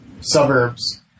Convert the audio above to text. suburbs